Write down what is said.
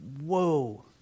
whoa